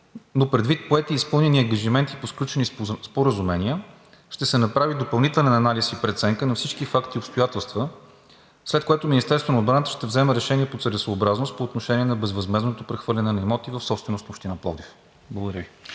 но предвид поети и изпълнени ангажименти по сключени споразумения ще се направи допълнителен анализ и преценка на всички факти и обстоятелства, след което Министерството на отбраната ще вземе решение по целесъобразност по отношение на безвъзмездното прехвърляне на имоти в собственост на Община Пловдив. Благодаря Ви.